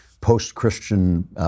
post-Christian